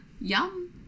Yum